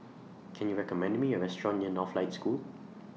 Can YOU recommend Me A Restaurant near Northlight School